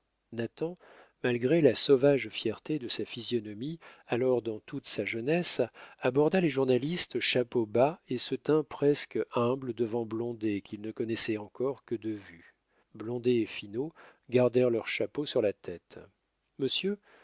nathan malgré la sauvage fierté de sa physionomie alors dans toute sa jeunesse aborda les journalistes chapeau bas et se tint presque humble devant blondet qu'il ne connaissait encore que de vue blondet et finot gardèrent leurs chapeaux sur la tête monsieur